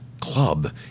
club